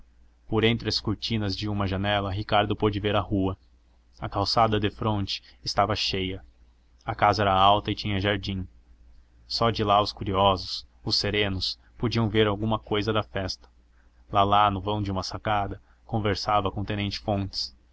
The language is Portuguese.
por entre as cortinas de uma janela ricardo pôde ver a rua a calçada defronte estava cheia a casa era alta e tinha jardim só de lá os curiosos os serenos podiam ver alguma cousa da festa lalá no vão de uma sacada conversava com o tenente fontes